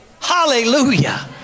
Hallelujah